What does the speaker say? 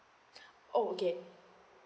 oh okay